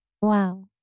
Wow